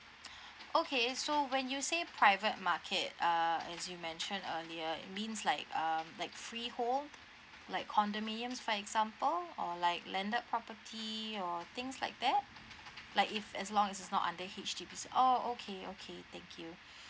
okay so when you say private market uh as you mention earlier it means like um like free hold like condominiums for example or like landed property or things like that like if as long as it's not under H_D_B oh okay okay thank you